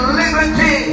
liberty